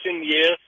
yes